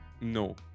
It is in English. No